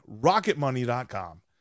Rocketmoney.com